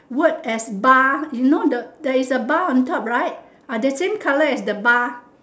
word as bar you know the there is a bar on top right ah the same colour as the bar